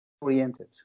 oriented